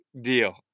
deal